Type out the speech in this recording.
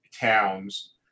towns